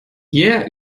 peer